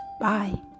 Bye